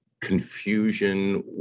confusion